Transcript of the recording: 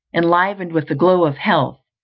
enlivened with the glow of health,